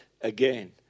again